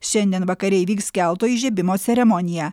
šiandien vakare įvyks kelto įžiebimo ceremonija